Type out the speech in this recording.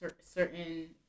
certain